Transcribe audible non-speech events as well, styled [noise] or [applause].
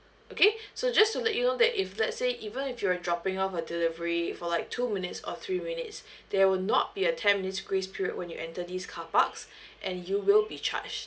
okay [breath] so just to let you know that if let's say even if you're dropping off a delivery for like two minutes or three minutes [breath] there will not be a ten minutes grace period when you enter this car parks [breath] and you will be charged